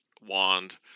wand